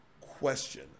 question